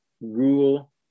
rule